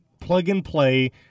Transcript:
plug-and-play